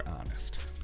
honest